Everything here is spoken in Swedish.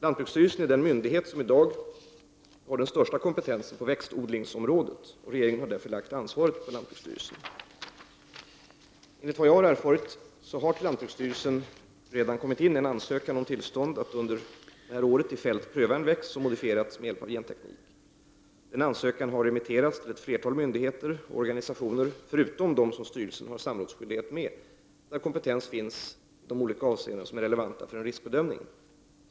Lantbruksstyrelsen är den myndighet som i dag har den största kompetensen på växtodlingsområdet. Regeringen har därför lagt ansvaret på lantbruksstyrelsen. Enligt vad jag har erfarit har till lantbruksstyrelsen redan kommit in en ansökan om tillstånd att under 1990 i fält pröva en växt som modifierats med hjälp av genteknik. Ansökan har, förutom till dem som styrelsen har samrådsskyldighet med, remitterats till ett flertal myndigheter och organisationer där kompetens finns i de olika avseenden som är relevanta för en riskbedömning.